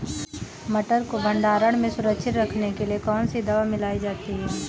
मटर को भंडारण में सुरक्षित रखने के लिए कौन सी दवा मिलाई जाती है?